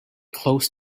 close